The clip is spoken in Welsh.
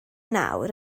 nawr